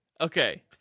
okay